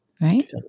Right